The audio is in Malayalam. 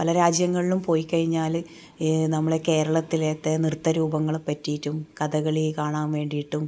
പല രാജ്യങ്ങളിലും പോയിക്കഴിഞ്ഞാൽ നമ്മളെ കേരളത്തിലെ നൃത്ത രൂപങ്ങളെ പറ്റിയിട്ടും കഥകളി കാണാൻ വേണ്ടിയിട്ടും